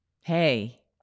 hey